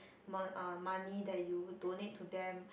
mo~ uh money that you donate to them